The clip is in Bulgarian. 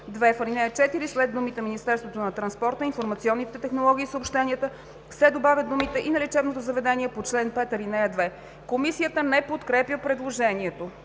2. В ал. 4 след думите „Министерството на транспорта, информационните технологии и съобщенията“ се добавят думите „и на лечебно заведение по чл. 5, ал. 2“.“ Комисията не подкрепя предложението.